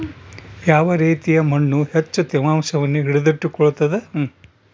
ಯಾವ ರೇತಿಯ ಮಣ್ಣು ಹೆಚ್ಚು ತೇವಾಂಶವನ್ನು ಹಿಡಿದಿಟ್ಟುಕೊಳ್ತದ?